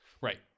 Right